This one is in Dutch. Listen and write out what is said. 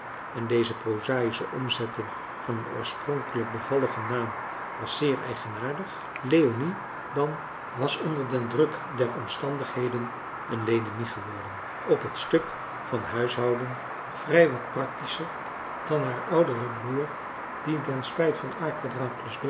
en deze prozaïsche omzetting van een oorspronkelijk bevalligen naam was zeer eigenaardig leonie dan was onder den druk der omstandigheden een lenemie geworden op het stuk van huishouden vrij wat practischer dan haar oudere broer die ten spijt van